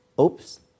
oops